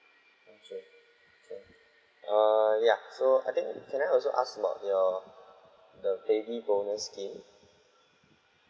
err ya so I think can I also ask about your the baby bonus scheme